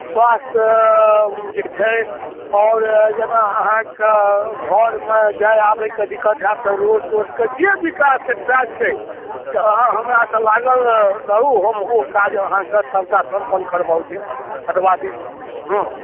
स्वास्थ जे छै आओर जेना अहाँके घरमे जाइ आबैके दिक्कत हैत तऽ रोड तोडके जे भी विकासके काज छै तऽ अहाँ हमरा सङ्ग लागल रऽ रहू हम ओ काज अहाँके सभटा सम्पन्न करबौ देब करवा देब हँ